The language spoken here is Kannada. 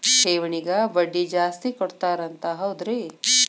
ಠೇವಣಿಗ ಬಡ್ಡಿ ಜಾಸ್ತಿ ಕೊಡ್ತಾರಂತ ಹೌದ್ರಿ?